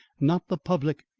not the public,